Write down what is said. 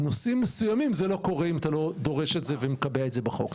בנושאים מסוימים זה לא קורה אם אתה לא דורש את זה ומקבע את זה בחוק.